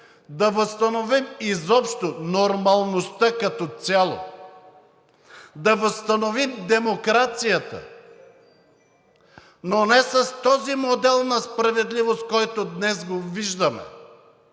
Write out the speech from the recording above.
да възстановим изобщо нормалността като цяло. Да възстановим демокрацията, но не с този модел на справедливост, който днес го виждаме,